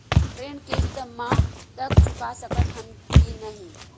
ऋण किस्त मा तक चुका सकत हन कि नहीं?